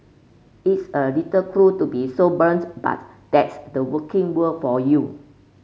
it's a little cruel to be so blunt but that's the working world for you